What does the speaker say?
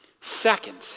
Second